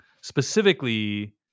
Specifically